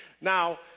Now